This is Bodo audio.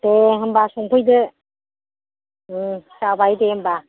दे होनबा संफैदो जाबाय दे होनबा